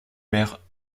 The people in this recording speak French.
mère